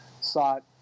sought